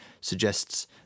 suggests